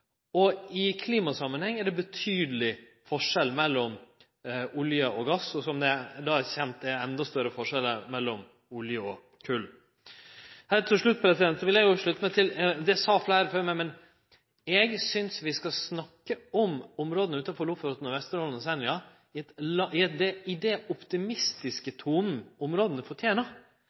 Og i klimasamanheng er det betydeleg forskjell mellom olje og gass, og det er som kjent endå større forskjell mellom olje og kol. Heilt til slutt vil eg slutte meg til det som fleire før meg har sagt, at eg synest vi skal snakke om områda utanfor Vesterålen, Lofoten og Senja i den optimistiske tonen som områda fortener. Nordområda i